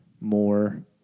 more